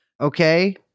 Okay